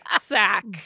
sack